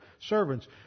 servants